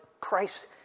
Christ